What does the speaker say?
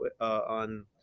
on